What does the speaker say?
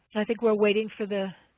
i think we're waiting for the